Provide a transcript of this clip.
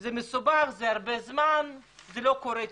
זה מסובך, זה אורך הרבה זמן ולא קורה מהר.